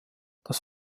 das